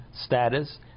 status